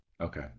Okay